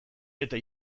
eta